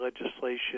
legislation